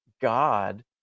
God